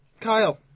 Kyle